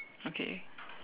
okay